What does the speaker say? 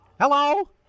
Hello